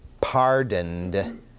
pardoned